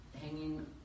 hanging